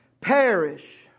perish